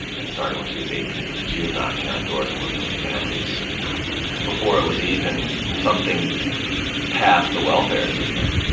and started when she was eighteen, so she was knocking on doors and working with families before it was even something past the welfare system.